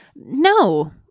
No